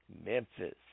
Memphis